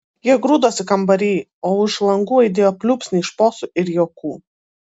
jie grūdosi kambary o už langų aidėjo pliūpsniai šposų ir juokų